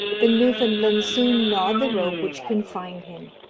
the newfoundland soon gnawed the rope which confined him,